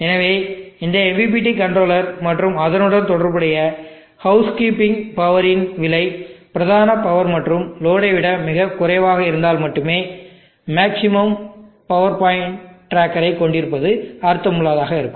எனவே இந்த MPPT controller மற்றும் அதனுடன் தொடர்புடைய ஹவுஸ் கீப்பிங் பவரின் விலை பிரதான பவர் மற்றும் லோடை விட மிகக் குறைவாக இருந்தால் மட்டுமே மேக்ஸிமம் பவர் பாயிண்ட் டிராக்கரைக் கொண்டிருப்பது அர்த்தமுள்ளதாக இருக்கும்